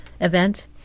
event